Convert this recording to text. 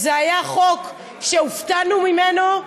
והיה חוק שהופתענו ממנו,